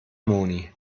moni